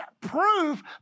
proof